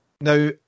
Now